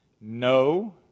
No